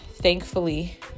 Thankfully